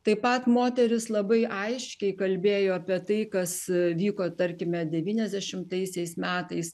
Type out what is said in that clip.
taip pat moterys labai aiškiai kalbėjo apie tai kas vyko tarkime devyniasdešimtaisiais metais